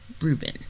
Reuben